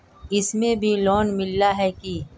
इसमें भी लोन मिला है की